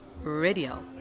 Radio